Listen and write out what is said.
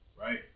right